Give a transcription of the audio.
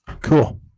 cool